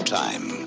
time